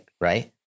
Right